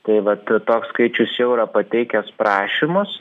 tai vat toks skaičius jau yra pateikęs prašymus